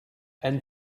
and